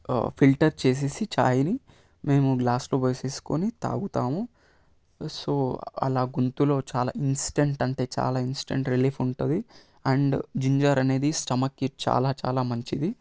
filter చేసేసి చాయిని మేము గ్లాసులో పోసేసుకుని తాగుతాము సో అలా గొంతులో చాలా ఇన్స్టెంట్ అంటే చాలా ఇన్స్టెంట్ రిలీఫ్ ఉంటుంది అండ్ జింజర్ అనేది స్టమక్కి చాలా చాలా మంచిది